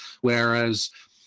whereas